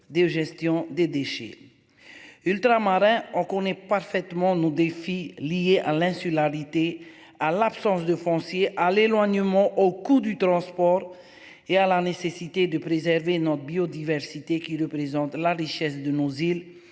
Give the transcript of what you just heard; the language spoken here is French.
Ultramarins on connaît parfaitement nos défis liés à l'insularité, à l'absence de foncier à l'éloignement au coût du transport et à la nécessité de préserver notre biodiversité qui le président de la richesse de nos îles